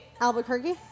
Albuquerque